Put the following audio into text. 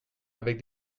avec